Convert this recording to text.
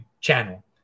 channel